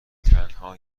تنها